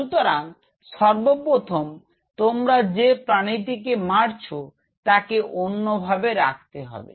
সুতরাং সর্বপ্রথম তোমরা যে প্রাণীটিকে মারছ তাকে অন্য ভাবে রাখতে হবে